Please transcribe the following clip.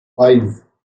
five